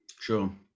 sure